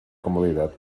comodidad